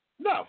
No